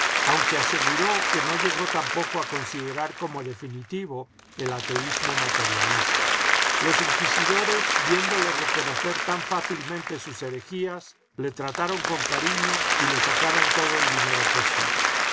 aunque aseguró que no llegó tampoco a considerar como definitivo el ateísmo materialista los inquisidores viéndole reconocer tan fácilmente sus herejías le trataron con cariño y le sacaron todo el dinero posible